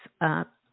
up